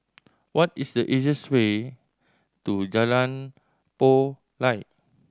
what is the easiest way to Jalan Payoh Lai